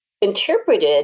interpreted